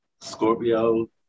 Scorpio